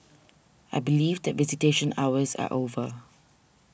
I believe the visitation hours are over